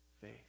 faith